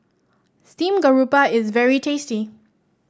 Steamed Garoupa is very tasty